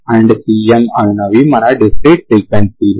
c0 cm అనునవి మన discrete ఫ్రీక్వెన్సీలు